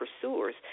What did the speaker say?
pursuers